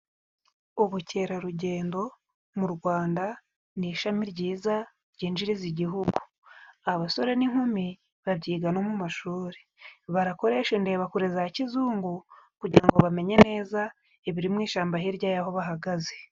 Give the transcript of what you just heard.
Ubukerarugendo mu Rwanda ni ishami ryiza ryinjiriza igihugu. Abasore n'inkumi babyiga no mu mashuri, barakoresha indebakure za ya kizungu kugira ngo bamenye neza ibiri mu ishamba hirya y'aho bahagaze.